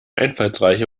einfallsreiche